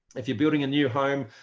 if you're building a new home,